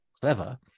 clever